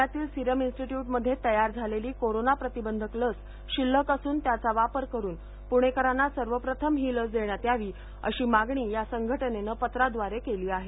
पुण्यातीलच Serum Institute मध्ये तयार झालेली कोरोना प्रतिबंधक लस शिल्लक असून त्याचा वापर करून पुणेकरांना सर्वप्रथम ही लस देण्यात यावी अशी मागणी या संघटनेनं पत्राद्वारे केली आहे